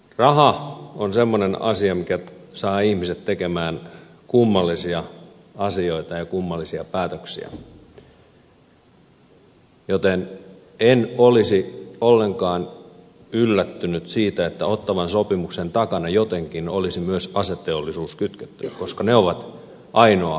raha on semmoinen asia mikä saa ihmiset tekemään kummallisia asioita ja kummallisia päätöksiä joten en olisi ollenkaan yllättynyt siitä että ottawan sopimukseen jotenkin olisi myös aseteollisuus kytketty koska se on ainoa joka tässä voittaa